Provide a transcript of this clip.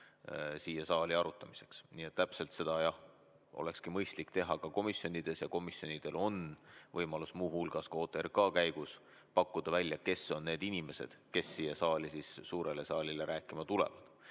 siia saali arutamiseks. Täpselt seda olekski mõistlik teha komisjonides. Ja komisjonidel on võimalus OTRK korral pakkuda välja, kes on need inimesed, kes siia suurele saalile rääkima tulevad.